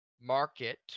market